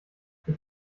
ich